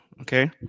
Okay